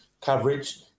coverage